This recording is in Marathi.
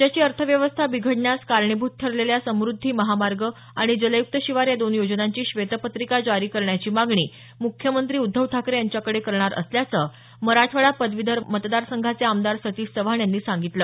राज्याची अर्थव्यवस्था बिघडण्यास कारणीभूत ठरलेल्या समुद्धी महामार्ग आणि जलयुक्त शिवार या दोन योजनांची श्वेतपत्रिका जारी करण्याची मागणी मुख्यमंत्री उद्धव ठाकरे यांच्याकडे करणार असल्याचं मराठवाडा पदवीधर मतदारसंघाचे आमदार सतीश चव्हाण यांनी सांगितलं